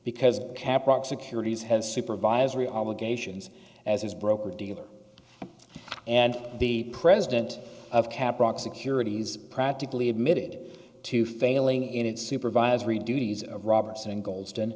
because cap rock securities had supervisory obligations as his broker dealer and the president of cap rock securities practically admitted to failing in its supervisory duties roberson go